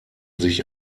sich